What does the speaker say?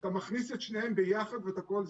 אתה מכניס את שניהם ביחד ואת הכול,